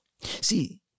See